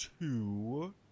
two